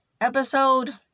episode